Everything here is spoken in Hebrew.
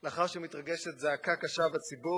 לאחר שמתרגשת זעקה קשה בציבור,